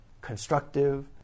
constructive